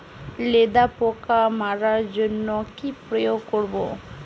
লেদা পোকা মারার জন্য কি প্রয়োগ করব?